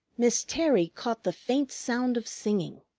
miss terry caught the faint sound of singing.